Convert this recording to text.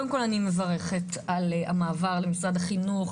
קודם כל אני מברכת על המערב למשרד החינוך,